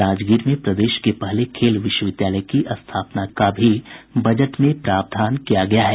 राजगीर में प्रदेश के पहले खेल विश्वविद्यालय की स्थापना का भी बजट में प्रावधान किया गया है